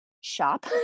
shop